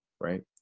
Right